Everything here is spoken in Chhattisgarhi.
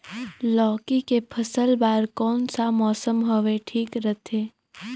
लौकी के फसल बार कोन सा मौसम हवे ठीक रथे?